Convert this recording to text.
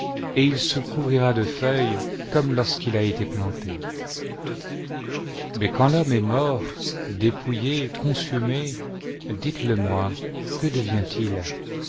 et il se couvrira de feuilles comme lorsqu'il a été planté mais quand l'homme est mort dépouillé consumé dites-le-moi que devient-il